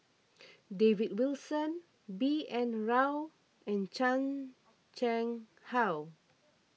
David Wilson B N Rao and Chan Chang How